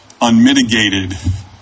unmitigated